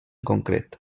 concret